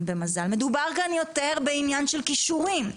במזל ושמדובר כאן יותר בעניין של כישורים,